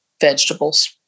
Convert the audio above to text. vegetables